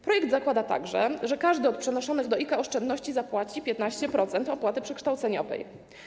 Projekt zakłada także, że każdy od przenoszonych do IKE oszczędności zapłaci 15% opłaty przekształceniowej.